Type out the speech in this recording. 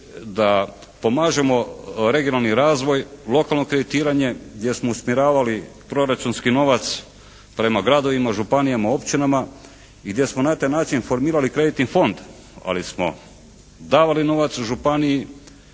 da pomažemo regionalni razvoj, lokalno kreditiranje, gdje smo usmjeravali proračunski novac prema gradovima, županijama, općinama i gdje smo na taj način formirali kreditni fond. Ali smo davali novac županiji,